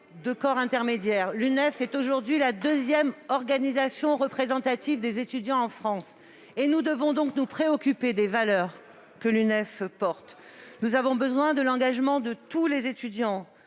de corps intermédiaires. L'UNEF est aujourd'hui la deuxième organisation représentative des étudiants en France. Nous devons donc nous préoccuper des valeurs que l'UNEF porte. Nous avons besoin de l'engagement de tous les étudiants